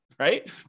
Right